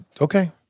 Okay